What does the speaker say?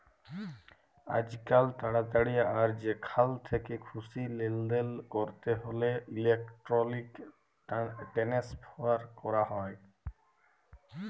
আইজকাল তাড়াতাড়ি আর যেখাল থ্যাকে খুশি লেলদেল ক্যরতে হ্যলে ইলেকটরলিক টেনেসফার ক্যরা হয়